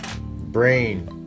Brain